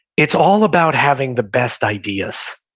it's all about having the best ideas.